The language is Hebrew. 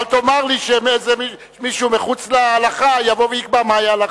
אבל אל תאמר לי שמישהו מחוץ להלכה יבוא ויקבע מהי ההלכה.